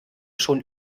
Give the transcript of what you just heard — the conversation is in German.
schon